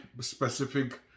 specific